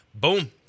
boom